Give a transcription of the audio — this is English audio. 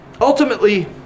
Ultimately